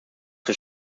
zur